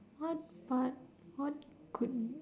what part what could